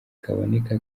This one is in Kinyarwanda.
kaboneka